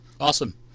Awesome